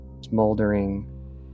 smoldering